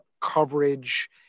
coverage